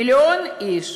מיליון איש,